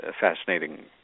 fascinating